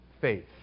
faith